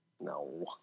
No